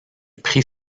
prit